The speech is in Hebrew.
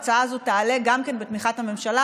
וגם ההצעה הזאת תעלה בתמיכת הממשלה,